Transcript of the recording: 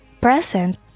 present